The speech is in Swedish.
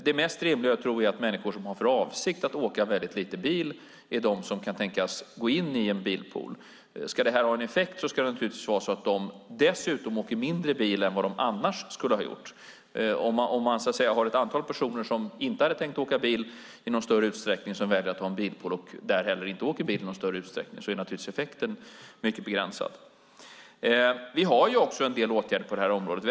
Det mest rimliga är att tro att de människor som har för avsikt att åka väldigt lite bil är de som kan tänkas gå in i en bilpool. Ska detta ha en effekt ska det naturligtvis vara så att de dessutom åker mindre bil än vad de annars skulle ha gjort. Om det är ett antal personer som inte hade tänkt åka bil i någon större utsträckning som väljer att ha en bilpool och där inte heller åker bil i någon större utsträckning är effekten naturligtvis mycket begränsad. Vi har också vidtagit en del åtgärder på det här området.